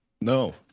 No